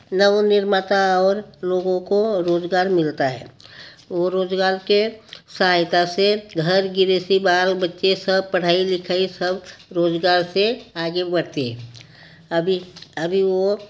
नवनिर्माता और लोगों को रोज़गार मिलता है वो रोज़गार के सहायता से घर गृहस्ती बाल बच्चे सब पढ़ाई लिखाई सब रोज़गार से आगे बढ़ते हैं अभी अभी वो